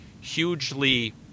hugely